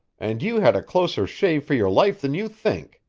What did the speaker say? and you had a closer shave for your life than you think,